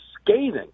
scathing